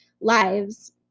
lives